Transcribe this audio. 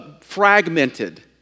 fragmented